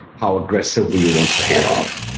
how aggressively you want to pay it off?